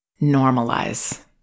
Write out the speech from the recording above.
Normalize